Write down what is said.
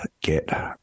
get